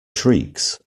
shrieks